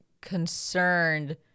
concerned